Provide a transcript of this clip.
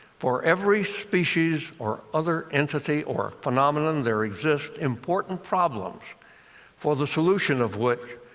for every species or other entity or phenomenon, there exist important problems for the solution of which,